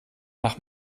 nach